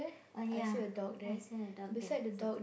ah ya I see a dog there also